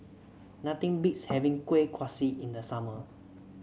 nothing beats having Kueh Kaswi in the summer